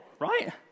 right